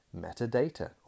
metadata